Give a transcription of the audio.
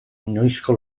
noizko